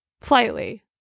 Slightly